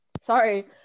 Sorry